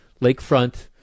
lakefront